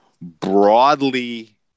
broadly